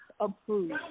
Approved